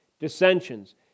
dissensions